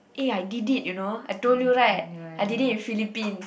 eh I did it you know I told you right I did it in Philippines